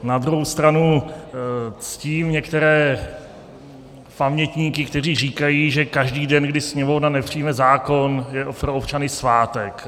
Na druhou stranu ctím některé pamětníky, kteří říkají, že každý den, kdy Sněmovna nepřijme zákon, je pro občany svátek.